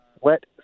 wet